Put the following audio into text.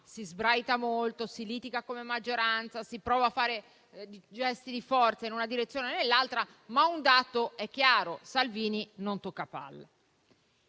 si sbraita molto, si litiga come maggioranza, si prova a fare gesti di forza in una direzione o nell'altra, ma un dato è chiaro: Salvini non tocca palla.